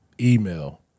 email